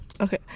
Okay